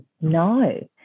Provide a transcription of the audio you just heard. no